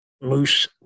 Moose